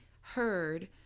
heard